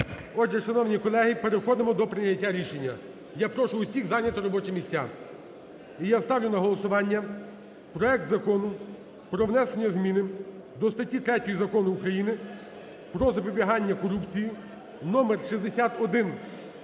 Отже, шановні колеги, переходимо до прийняття рішення, я прошу всіх зайняти робочі місця. І я ставлю на голосування проект Закону про внесення зміни до статті 3 Закону України "Про запобігання корупції" (номер 6172)